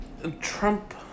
Trump